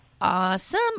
Awesome